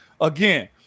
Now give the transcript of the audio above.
Again